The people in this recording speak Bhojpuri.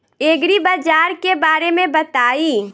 एग्रीबाजार के बारे में बताई?